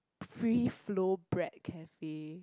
free flow bread cafe